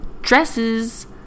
dresses